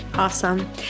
Awesome